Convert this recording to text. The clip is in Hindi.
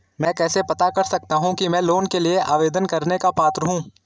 मैं कैसे पता कर सकता हूँ कि मैं लोन के लिए आवेदन करने का पात्र हूँ?